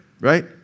right